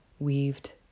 weaved